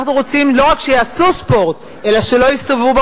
אנחנו רוצים לא רק שיעשו ספורט אלא שלא יידרדרו,